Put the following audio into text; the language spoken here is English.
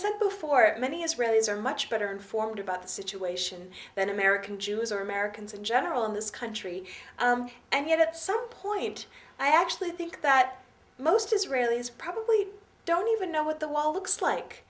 said before many israelis are much better informed about the situation than american jews or americans in general in this country and yet at some point i actually think that most israelis probably don't even know what the law looks like